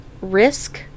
risk